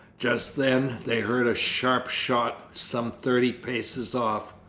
just then they heard a sharp shot some thirty paces off.